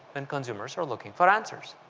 and consumers are look ing for answers.